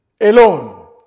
alone